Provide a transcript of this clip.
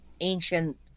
ancient